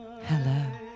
Hello